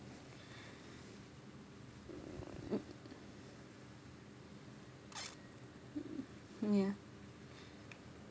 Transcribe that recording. yeah